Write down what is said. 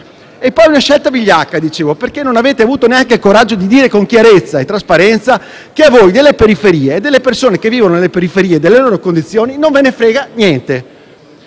che è una scelta vigliacca perché non avete avuto neanche il coraggio di dire con chiarezza e trasparenza che a voi delle periferie, delle persone che vivono nelle periferie e delle loro condizioni non ve ne frega niente.